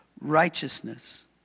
righteousness